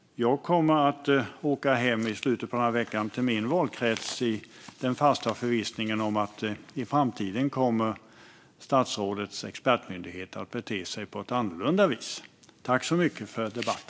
Jag kommer i slutet av veckan att åka hem till min valkrets i den fasta förvissningen om att statsrådets expertmyndighet kommer att bete sig på ett annorlunda vis i framtiden. Tack för debatten!